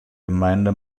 gemeinde